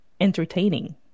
entertaining